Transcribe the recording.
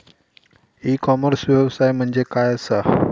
E commerce व्यवसाय म्हणजे काय असा?